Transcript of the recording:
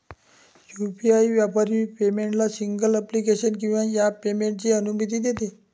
UPI व्यापारी पेमेंटला single application किंवा ॲप पेमेंटची अनुमती देते